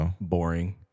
Boring